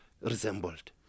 resembled